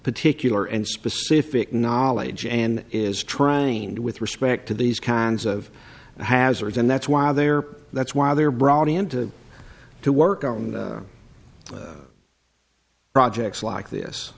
particular and specific knowledge and is trying with respect to these kinds of hazards and that's why they are that's why they are brought in to to work on projects like this